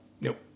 nope